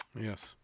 Yes